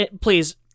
Please